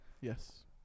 Yes